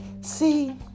see